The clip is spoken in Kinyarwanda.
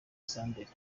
senderi